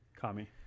kami